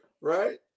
right